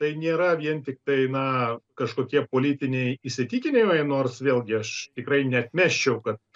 tai nėra vien tiktai na kažkokie politiniai įsitikinimai nors vėlgi aš tikrai neatmesčiau kad